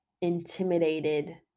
intimidated